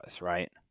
right